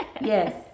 Yes